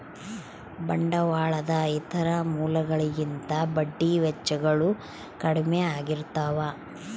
ಬಂಡವಾಳದ ಇತರ ಮೂಲಗಳಿಗಿಂತ ಬಡ್ಡಿ ವೆಚ್ಚಗಳು ಕಡ್ಮೆ ಆಗಿರ್ತವ